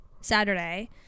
Saturday